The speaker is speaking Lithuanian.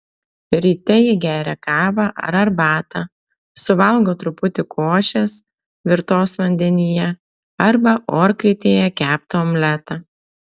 ryte ji geria kavą ar arbatą suvalgo truputį košės virtos vandenyje arba orkaitėje keptą omletą